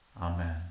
Amen